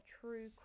true